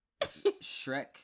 Shrek